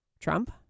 Trump